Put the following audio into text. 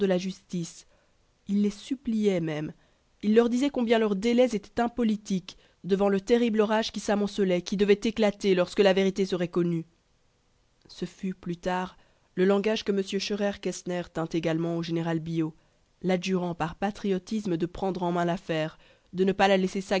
la justice il les suppliait même il leur disait combien leurs délais étaient impolitiques devant le terrible orage qui s'amoncelait qui devait éclater lorsque la vérité serait connue ce fut plus tard le langage que m scheurer kestner tint également au général billot l'adjurant par patriotisme de prendre en main l'affaire de ne pas la laisser